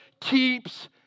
keeps